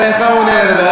אתה אינך מעוניין לדבר.